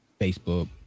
Facebook